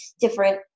different